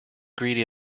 greedy